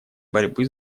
борьбы